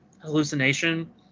hallucination